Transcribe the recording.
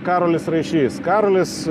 karolis raišys karolis